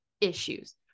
issues